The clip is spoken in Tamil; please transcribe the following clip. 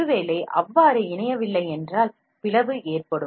ஒருவேளை அவ்வாறு இணையவில்லை என்றால் பிளவு ஏற்படும்